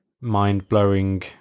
mind-blowing